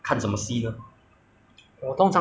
uh 不是 YouTube 的话就是看那些